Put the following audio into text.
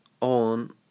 on